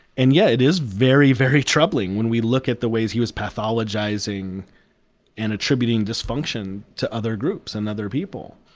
and yeah, it is very, very troubling, when we look at the ways he was pathologizing and attributing dysfunction to other groups and other people,